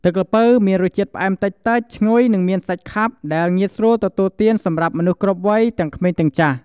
ទឹកល្ពៅមានរសជាតិ ផ្អែមតិចៗ ឈ្ងុយ និងមានសាច់ខាប់ ដែលងាយស្រួលទទួលទានសម្រាប់មនុស្សគ្រប់វ័យ ទាំងក្មេងទាំងចាស់។